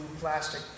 plastic